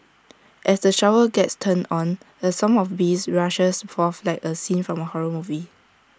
as the shower gets turned on A swarm of bees rushes forth like A scene from A horror movie